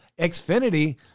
Xfinity